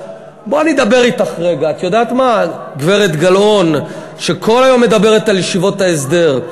הגברת גלאון, שכל היום מדברת על ישיבות ההסדר: